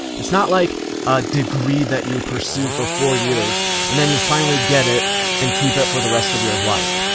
it's not like a degree that you pursue for four years and then you finally get it and can keep it for the rest of your life.